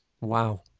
Wow